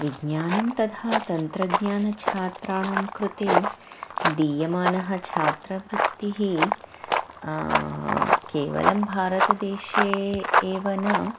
विज्ञानं तथा तन्त्रज्ञानं छात्राणां कृते दीयमाना छात्रवृत्तिः केवलं भारतदेशे एव न